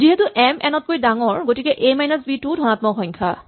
যিহেতু M N তকৈ ডাঙৰ গতিকে এ মাইনাচ বি টো ও ধনাত্মক সংখ্যা